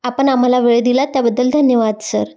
आपण आम्हाला वेळ दिला त्याबद्दल धन्यवाद सर